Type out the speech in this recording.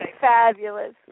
fabulous